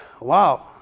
wow